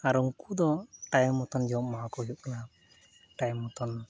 ᱟᱨ ᱩᱱᱠᱚ ᱫᱚ ᱴᱟᱹᱭᱤᱢ ᱢᱚᱛᱚᱱ ᱡᱚᱢ ᱮᱢᱟᱣᱠᱚ ᱦᱩᱭᱩᱜᱼᱟ ᱴᱟᱹᱭᱤᱢ ᱢᱚᱛᱚᱱ